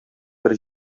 бер